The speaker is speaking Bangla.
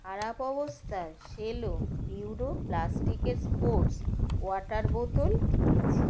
খারাপ অবস্থার সেলো পিউরো প্লাস্টিকের স্পোর্টস ওয়াটার বোতল পেয়েছি